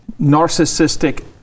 narcissistic